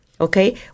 okay